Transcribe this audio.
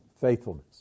faithfulness